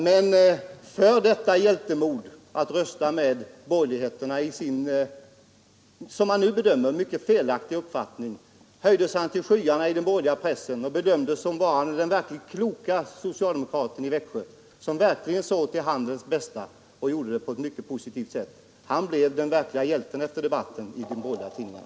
Men för detta hjältemod att rösta med borgerligheten i sin, som man nu bedömer det, mycket felaktiga uppfattning höjdes han till skyarna i den borgerliga pressen och bedömdes som varande den verkligt kloke socialdemokraten i Växjö, som verkligen såg till handelns bästa på ett mycket positivt sätt. Han blev den store hjälten efter debatten i de borgerliga tidningarna.